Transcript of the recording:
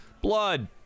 blood